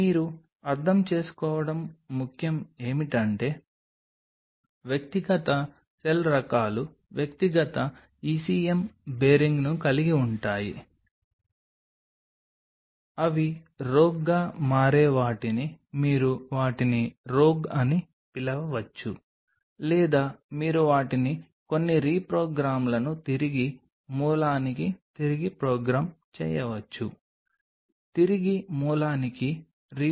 మీరు అర్థం చేసుకోవడం ముఖ్యం ఏమిటంటే వ్యక్తిగత సెల్ రకాలు వ్యక్తిగత ECM బేరింగ్ను కలిగి ఉంటాయి అవి రోగ్గా మారే వాటిని మీరు వాటిని రోగ్ అని పిలవవచ్చు లేదా మీరు వాటిని కొన్ని రీప్రోగ్రామ్లను తిరిగి మూలానికి తిరిగి ప్రోగ్రాం చేయవచ్చు తిరిగి మూలానికి రీప్రోగ్రామింగ్ చేయవచ్చు